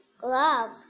glove